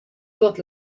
tuot